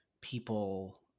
people